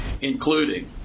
including